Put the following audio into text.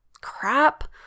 crap